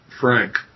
Frank